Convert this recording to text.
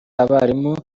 abarimu